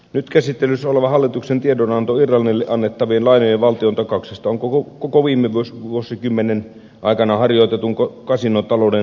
nyt käsittelyssä oleva hallituksen tiedonanto irlannille annettavien lainojen valtiontakauksista on koko viime vuosikymmenen aikana harjoitetun kasinotalouden lopun alku